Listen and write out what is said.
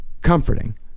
comforting